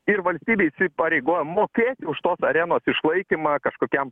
ir valstybė įsipareigoja mokėti už tos arenos išlaikymą kažkokiam